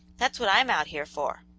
that's what i'm out here for.